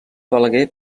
balaguer